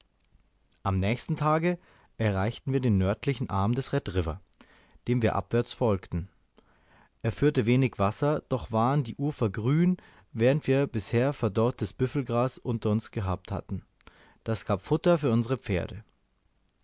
am nächsten tage erreichten wir den nördlichen arm des red river dem wir abwärts folgten er führte wenig wasser doch waren die ufer grün während wir bisher verdorrtes büffelgras unter uns gehabt hatten das gab futter für unsere pferde